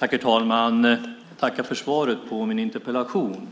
Herr talman! Jag tackar för svaret på min interpellation.